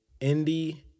indie